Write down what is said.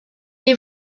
est